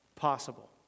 possible